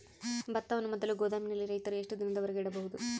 ಭತ್ತವನ್ನು ಮೊದಲು ಗೋದಾಮಿನಲ್ಲಿ ರೈತರು ಎಷ್ಟು ದಿನದವರೆಗೆ ಇಡಬಹುದು?